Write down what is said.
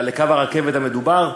לקו הרכבת המדובר.